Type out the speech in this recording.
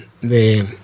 de